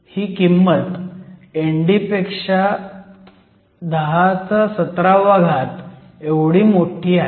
ही किंमत ND पेक्षा म्हणजे 1017 पेक्षा मोठी आहे